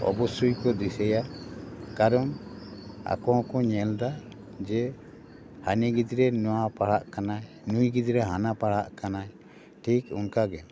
ᱚᱵᱚᱥᱥᱳᱭ ᱠᱚ ᱫᱤᱥᱟᱹᱭᱟ ᱠᱟᱨᱚᱱ ᱟᱠᱚ ᱦᱚᱠᱚ ᱧᱮᱞ ᱮᱫᱟ ᱡᱮ ᱦᱟᱹᱱᱤ ᱜᱤᱫᱽᱨᱟᱹ ᱱᱚᱣᱟ ᱯᱟᱲᱦᱟᱜ ᱠᱟᱱᱟᱭ ᱱᱩᱭ ᱜᱤᱫᱽᱨᱟᱹ ᱦᱟᱱᱟ ᱯᱟᱲᱦᱟᱜ ᱠᱟᱱᱟᱭ ᱴᱷᱤᱠ ᱚᱱᱠᱟ ᱜᱮ